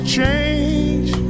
change